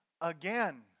again